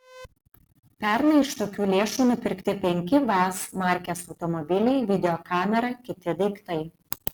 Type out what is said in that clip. pernai iš tokių lėšų nupirkti penki vaz markės automobiliai videokamera kiti daiktai